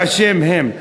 באשר הוא.